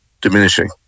diminishing